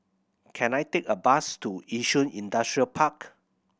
can I take a bus to Yishun Industrial Park